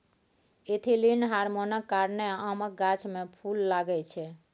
ethylene हार्मोनक कारणेँ आमक गाछ मे फुल लागय छै